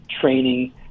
training